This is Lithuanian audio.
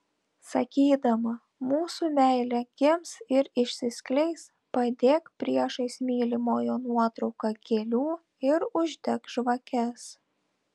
sakydama mūsų meilė gims ir išsiskleis padėk priešais mylimojo nuotrauką gėlių ir uždek žvakes